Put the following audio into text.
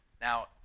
now